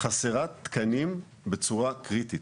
חסרה תקנים בצורה קריטית,